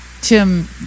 Tim